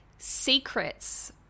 Secrets